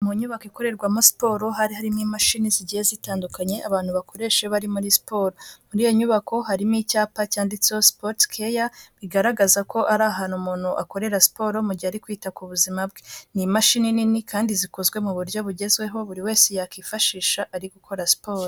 Mu nyubako ikorerwamo siporo hari harimo imashini zigiye zitandukanye abantu bakoresha bari muri siporo. Muri iyo nyubako harimo icyapa cyanditseho sportscare bigaragaza ko ari ahantu umuntu akorera siporo mu gihe ari kwita ku buzima bwe. Ni imashini nini kandi zikozwe mu buryo bugezweho, buri wese yakwifashisha ari gukora siporo.